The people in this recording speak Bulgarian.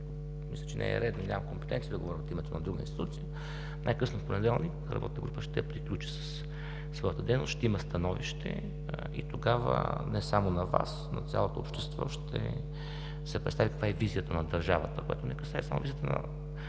като мисля, че не е редно и нямам компетенции да говоря от името на други институции, най-късно в понеделник работната група ще приключи със своята дейност, ще има становище. Тогава не само на Вас, а на цялото общество ще се представи каква е визията на държавата, което не касае само визията на